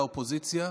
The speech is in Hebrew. לאופוזיציה: